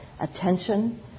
attention